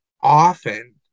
often